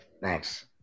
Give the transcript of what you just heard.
Thanks